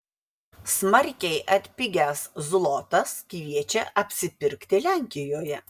smarkiai atpigęs zlotas kviečia apsipirkti lenkijoje